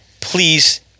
Please